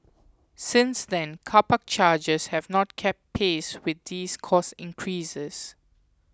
since then car park charges have not kept pace with these cost increases